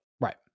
Right